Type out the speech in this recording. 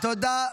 אתה מתרגם אותי.